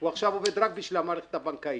הוא עכשיו עובד רק בשביל המערכת הבנקאית.